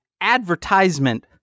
advertisement